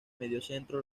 mediocentro